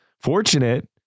fortunate